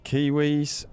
Kiwis